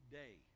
day